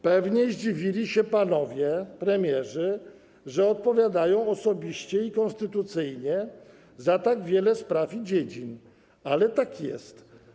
Pewnie zdziwili się panowie premierzy, że odpowiadają osobiście i konstytucyjnie za tak wiele spraw i dziedzin, ale tak jest.